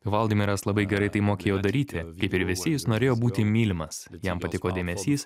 hvaldimiras labai gerai tai mokėjo daryti kaip ir visi jis norėjo būti mylimas jam patiko dėmesys